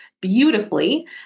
beautifully